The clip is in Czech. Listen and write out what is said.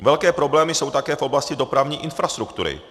Velké problémy jsou také v oblasti dopravní infrastruktury.